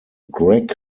greg